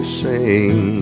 sing